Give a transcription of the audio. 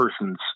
person's